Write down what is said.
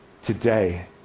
Today